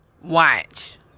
watch